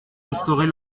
restaurer